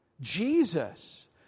Jesus